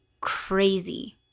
crazy